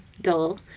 dull